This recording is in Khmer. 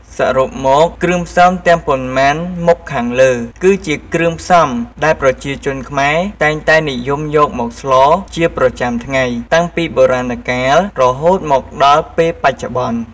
សរុបមកគ្រឿងផ្សំទាំងប៉ុន្មានមុខខាងលើគឺជាគ្រឿងផ្សំដែលប្រជាជនខ្មែរតែងតែនិយមយកមកស្លជាប្រចាំថ្ងៃតាំងពីបុរាណកាលរហូតមកដល់ពេលបច្ចុប្បន្ន។